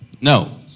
No